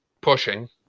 pushing